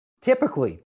Typically